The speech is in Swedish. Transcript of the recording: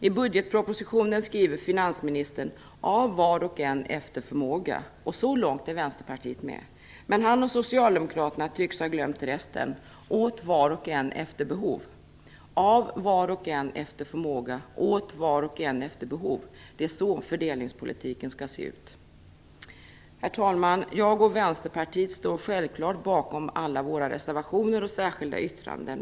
I budgetpropositionen skriver finansministern "av var och en efter förmåga". Så långt är Vänsterpartiet med. Men han och Socialdemokraterna tycks ha glömt resten: "åt var och en efter behov". Av var och en efter förmåga - åt var och en efter behov; det är så fördelningspolitiken skall se ut. Herr talman! Jag och Vänsterpartiet står självklart bakom alla våra reservationer och särskilda yttranden.